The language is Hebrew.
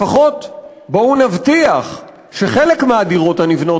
לפחות בואו נבטיח שחלק מהדירות הנבנות